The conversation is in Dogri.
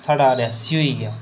साढ़ा रियासी होई गेआ